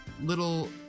little